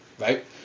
right